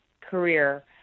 career